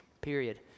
period